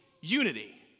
unity